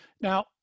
Now